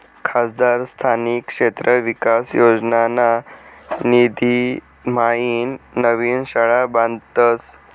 खासदार स्थानिक क्षेत्र विकास योजनाना निधीम्हाईन नवीन शाळा बांधतस